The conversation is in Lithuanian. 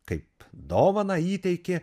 kaip dovaną įteikė